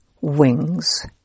wings